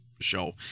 show